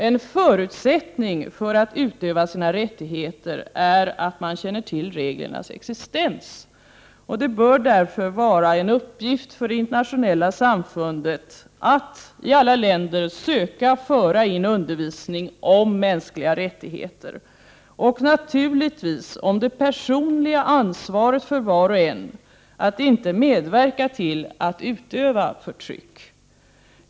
En förutsättning för att utöva sina rättigheter är att man känner till reglernas existens. Det bör därför vara en strävan att i alla länder föra in undervisning om mänskliga rättigheter och naturligtvis om det personliga ansvaret för var och en att inte medverka till att utöva förtryck.